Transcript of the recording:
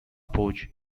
porch